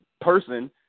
person